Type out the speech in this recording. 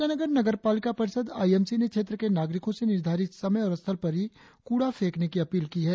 ईटानगर नगर पालिका परिषद आई एम सी ने क्षेत्र के नागरिकों से निर्धारित समय और स्थल पर ही कूड़ा फेकने की अपील की है